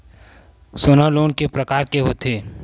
सोना लोन के प्रकार के होथे?